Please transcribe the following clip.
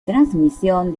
transmisión